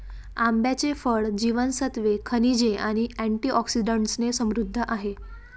आंब्याचे फळ जीवनसत्त्वे, खनिजे आणि अँटिऑक्सिडंट्सने समृद्ध आहे